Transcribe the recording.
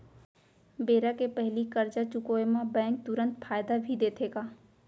बेरा के पहिली करजा चुकोय म बैंक तुरंत फायदा भी देथे का?